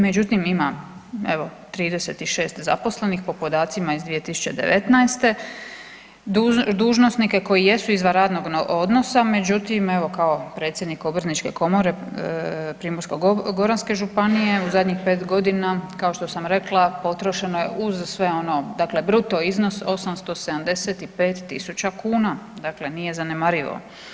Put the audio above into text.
Međutim ima evo 36 zaposlenih po podacima iz 2019. dužnosnike koji jesu izvan radnog odnosa međutim evo kao predsjednik obrtničke komore Primorsko-goranske županije u zadnjih 5.g., kao što sam rekla, potrošeno je uza sve ono, dakle bruto iznos 875.000 kuna, dakle nije zanemarivo.